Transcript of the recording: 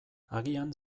agian